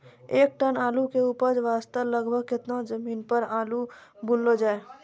एक टन आलू के उपज वास्ते लगभग केतना जमीन पर आलू बुनलो जाय?